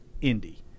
Indy